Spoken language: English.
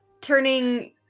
turning